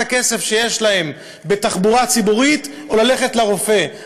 הכסף שיש להם בתחבורה ציבורית או ללכת לרופא,